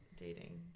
dating